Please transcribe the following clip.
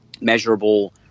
measurable